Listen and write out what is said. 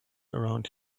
around